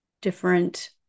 different